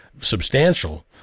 substantial